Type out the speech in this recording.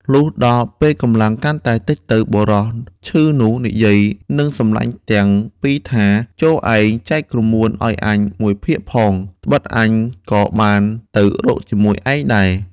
លុះដល់ពេលកម្លាំងកាន់តែតិចទៅ បុរសឈឺនោះនិយាយនឹងសំឡាញ់ទាំងពីរថា "ចូរឯងចែកក្រមួនឲ្យអញមួយភាគផង ត្បិតអញក៏បានទៅរកជាមួយឯងដែរ"។